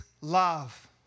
love